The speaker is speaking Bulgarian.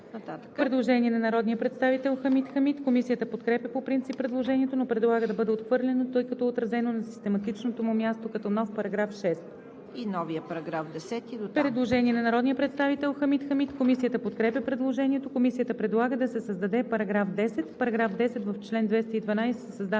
Предложение на народния представител Хамид Хамид. Комисията подкрепя по принцип предложението, но предлага да бъде отхвърлено, тъй като е отразено на систематичното му място като нов § 6. Предложение на народния представител Хамид Хамид. Комисията подкрепя предложението. Комисията предлага да се създаде § 10: „§ 10. В чл. 212 се създава